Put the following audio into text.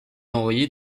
envoyé